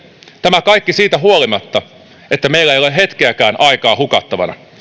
tämä kaikki siitä huolimatta että meillä ei ole hetkeäkään hukattavana